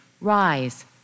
rise